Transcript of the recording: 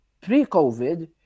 pre-COVID